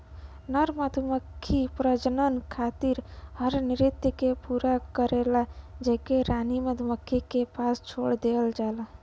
नर मधुमक्खी प्रजनन खातिर हर नृत्य के पूरा करला जेके रानी मधुमक्खी के पास छोड़ देहल जाला